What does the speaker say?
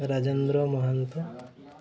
Rajendra Mahanta